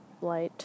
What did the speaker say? light